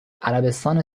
عربستان